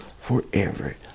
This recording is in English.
forever